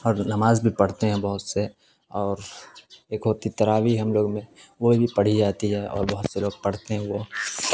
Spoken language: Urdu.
اور نماز بھی پڑھتے ہیں بہت سے اور ایک ہوتی تراویح ہم لوگ میں وہ بھی پڑھی جاتی ہے اور بہت سے لوگ پڑھتے ہیں وہ